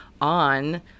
on